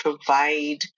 provide